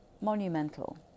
Monumental